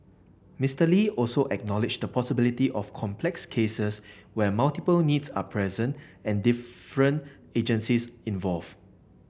Mister Lee also acknowledged the possibility of complex cases where multiple needs are present and different agencies involved